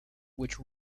which